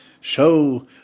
show